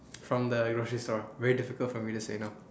from the grocery store very difficult for me to say no